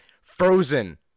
frozen